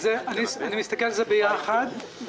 אני מסתכל על זה ביחד.